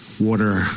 water